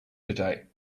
today